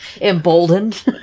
Emboldened